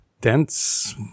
dense